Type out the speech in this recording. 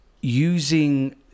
using